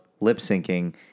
lip-syncing